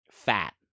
fat